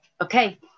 okay